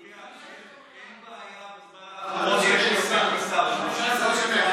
יוליה, אין בעיה בזמן האחרון, יש יותר משר אחד.